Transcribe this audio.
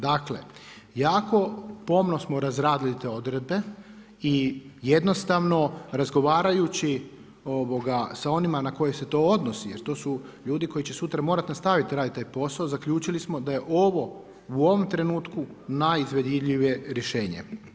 Dakle jako pomno smo razradili te odredbe i jednostavno razgovarajući sa onima na koje se to odnosi jer to su ljudi koji će sutra morati nastaviti taj posao zaključili smo da je ovo o u ovom trenutku najizvedljivije rješenje.